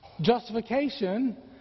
justification